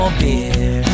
beer